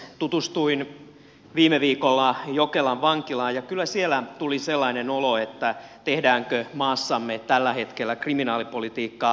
tutustuin viime viikolla jokelan vankilaan ja kyllä siellä tuli sellainen olo että tehdäänkö maassamme tällä hetkellä kriminaalipolitiikkaa raha edellä